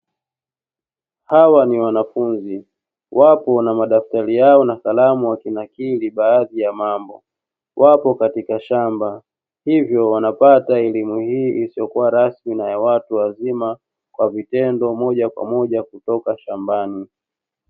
Hawa ni wanafunzi wapo na madaftari yao na kalamu wakinakili baadhi ya mambo wapo katika shamba hivyo wanapata elimu hii isiyo kuwa rasmi ya watu wazima kwa vitendo moja kwa moja kutoka shambani.